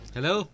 Hello